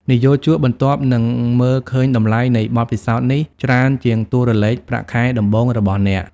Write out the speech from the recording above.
និយោជកបន្ទាប់នឹងមើលឃើញតម្លៃនៃបទពិសោធន៍នេះច្រើនជាងតួលេខប្រាក់ខែដំបូងរបស់អ្នក។